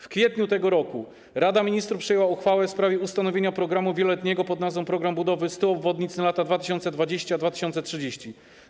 W kwietniu tego roku Rada Ministrów przyjęła uchwałę w sprawie ustanowienia programu wieloletniego pod nazwą „Program Budowy 100 Obwodnic na lata 2020-2030”